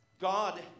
God